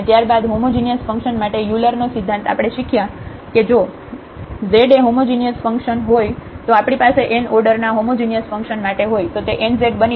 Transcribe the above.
અને ત્યાર બાદ હોમોજિનિયસ ફંક્શન માટે યુલર Euler's નો સિદ્ધાંત આપણે શીખ્યા કે જો z એ હોમોજિનિયસ ફંક્શન હોય તો આપણી પાસે n ઓર્ડર ના હોમોજિનિયસ ફંક્શન માટે હોય તો તે n z બની જશે